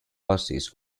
buses